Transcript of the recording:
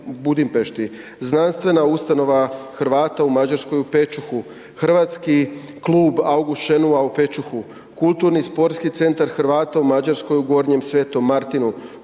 Znanstvena ustanova Hrvata u Mađarskoj u Pečuhu, Hrvatski klub August Šenoa u Pečuhu, Kulturni sportski centar Hrvata u Mađarskoj u Gornjem sv. Martinu,